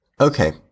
okay